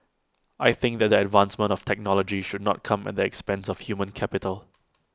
I think that the advancement of technology should not come at the expense of human capital